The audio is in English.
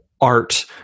art